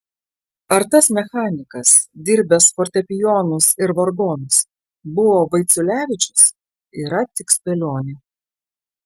ar tas mechanikas dirbęs fortepijonus ir vargonus buvo vaiciulevičius yra tik spėlionė